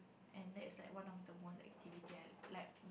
and that's like one of the most activity I like